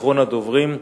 אחרון הדוברים,